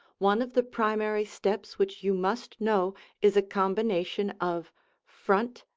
one of the primary steps which you must know is a combination of front,